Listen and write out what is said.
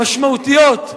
משמעותיות,